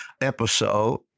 episode